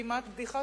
כמעט בדיחה,